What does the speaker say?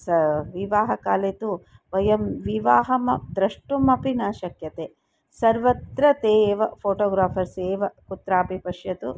सः विवाहकाले तु वयं विवाहं म द्रष्टुमपि न शक्यते सर्वत्र ते एव फ़ोटोग्राफ़र्स् एव कुत्रापि पश्यतु